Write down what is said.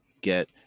get